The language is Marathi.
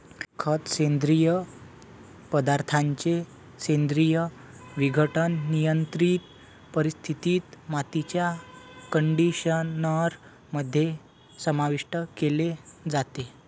खत, सेंद्रिय पदार्थांचे सेंद्रिय विघटन, नियंत्रित परिस्थितीत, मातीच्या कंडिशनर मध्ये समाविष्ट केले जाते